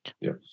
yes